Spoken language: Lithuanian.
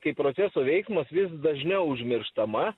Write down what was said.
kaip proceso veiksmas vis dažniau užmirštama